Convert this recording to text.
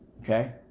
Okay